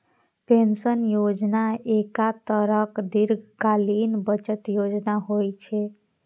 pension योजना एक तरहक दीर्घकालीन बचत योजना होइ छै